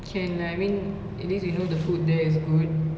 can lah I mean at least we know the food there is good